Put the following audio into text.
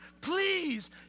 please